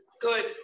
good